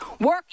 work